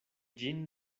ĝin